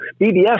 BBS